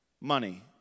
money